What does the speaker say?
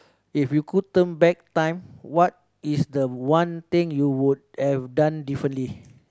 if you could turn back time what is the one thing you would have done differently